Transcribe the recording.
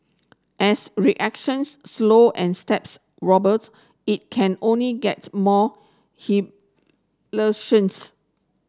as reactions slow and steps wobbles it can only gets more